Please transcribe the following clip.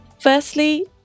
Firstly